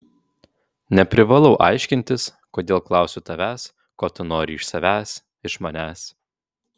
neprivalau aiškintis kodėl klausiu tavęs ko tu nori iš savęs iš manęs